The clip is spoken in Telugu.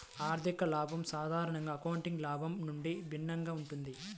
ఆర్థిక లాభం సాధారణంగా అకౌంటింగ్ లాభం నుండి భిన్నంగా ఉంటుంది